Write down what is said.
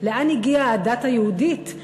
לאן הגיעה הדת היהודית,